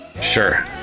Sure